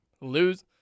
lose